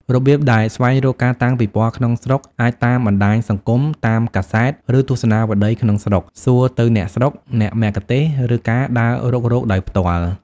របៀបដែលស្វែងរកការតាំងពិពណ៌ក្នុងស្រុក អាចតាមបណ្តាញសង្គម តាមកាសែត ឬទស្សនាវដ្តីក្នុងស្រុក សួរទៅអ្នកស្រុក អ្នកមគ្គុទ្ទេស ឫការដើររុករកដោយផ្ទាល់។